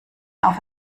auf